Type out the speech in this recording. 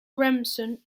remsen